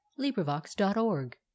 LibriVox.org